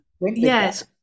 Yes